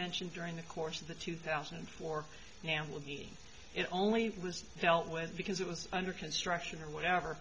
mentioned during the course of the two thousand and four now will be it only it was dealt with because it was under construction or whatever